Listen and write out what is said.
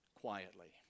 quietly